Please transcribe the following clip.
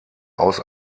aus